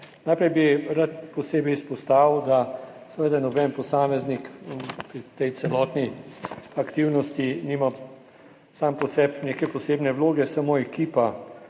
Najprej bi rad posebej izpostavil, da seveda noben posameznik pri tej celotni aktivnosti nima sam po sebi neke posebne vloge, samo ekipa.